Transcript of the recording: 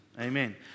Amen